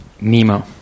Nemo